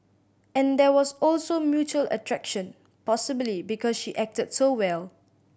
and there was also mutual attraction possibly because she acted so well